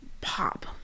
pop